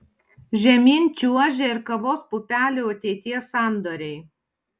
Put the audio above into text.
žemyn čiuožia ir kavos pupelių ateities sandoriai